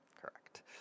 Correct